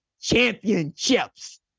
championships